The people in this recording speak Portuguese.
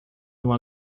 uma